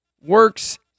Works